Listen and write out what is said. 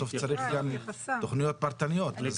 בסוף צריך גם תכניות פרטניות.